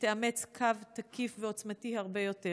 ותאמץ קו תקיף ועוצמתי הרבה יותר,